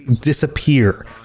disappear